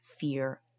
fear